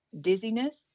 dizziness